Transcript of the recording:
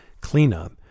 cleanup